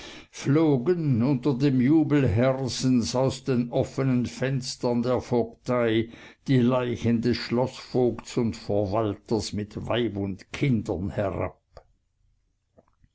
flogen unter dem jubel hersens aus den offenen fenstern der vogtei die leichen des schloßvogts und verwalters mit weib und kindern herab